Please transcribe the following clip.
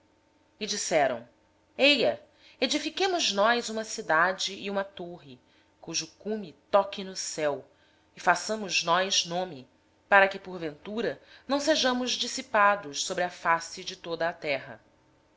argamassa disseram mais eia edifiquemos para nós uma cidade e uma torre cujo cume toque no céu e façamo nos um nome para que não sejamos espalhados sobre a face de toda a terra